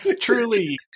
Truly